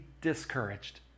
discouraged